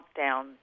lockdown